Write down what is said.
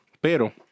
Pero